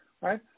right